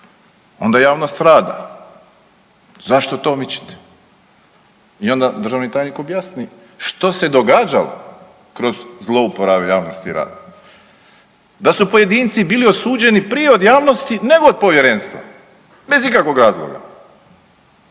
onda javnost rada, zašto to mičete i onda državni tajnik objasni što se događalo kroz zlouporabu javnosti rada da su pojedinci bili osuđeni prije od javnosti nego od povjerenstva bez ikakvog razloga.